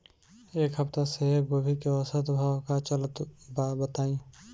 एक सप्ताह से गोभी के औसत भाव का चलत बा बताई?